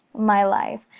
my life!